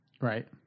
Right